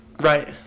Right